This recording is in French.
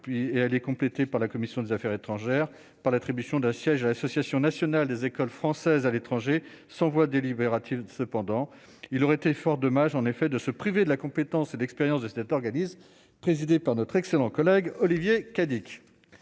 elle est complétée par la commission des Affaires étrangères par l'attribution d'un siège à l'association nationale des écoles françaises à l'étranger, sans voix délibérative, cependant il aurait été fort dommage en effet de se priver de la compétence et d'expérience de cet organisme présidé par notre excellent collègue Olivier Cadic